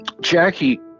Jackie